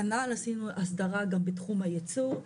כנ"ל עשינו הסדרה גם בתחום הייצור.